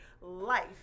life